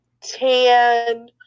tan